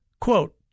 Quote